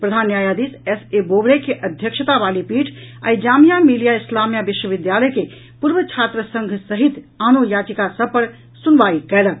प्रधान न्यायाधीश S A Bobde के अध्यक्षता वाली पीठ आइ जामिया मिलिया इस्लामिया विश्वविद्यालय के पूर्व छात्र संघ सहित आनो यचिका सभ पर सुनवाई कयलक